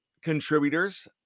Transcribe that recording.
contributors